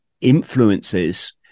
influences